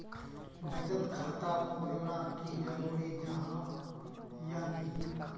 बचत खाता खोलना की जरूरी जाहा या नी?